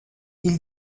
ils